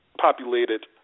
populated